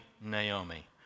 Naomi